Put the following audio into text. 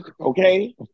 Okay